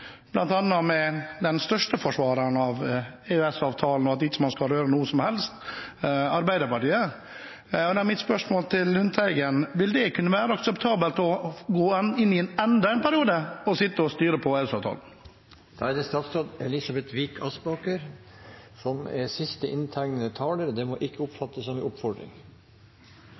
regjering med bl.a. den største forsvareren av EØS-avtalen, som mener at man ikke skal røre noe som helst, nemlig Arbeiderpartiet. Da er mitt spørsmål til Lundteigen: Vil det kunne være akseptabelt å gå inn i enda en periode og sitte og styre etter EØS-avtalen? Etter to så gode innlegg nylig fra Hareide og Nesvik burde jeg ha avstått, men jeg fikk ikke svar på mine spørsmål til Senterpartiet, heller ikke